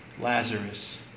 Lazarus